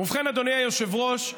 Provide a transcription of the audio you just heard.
ובכן, אדוני היושב-ראש,